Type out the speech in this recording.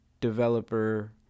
developer